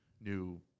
new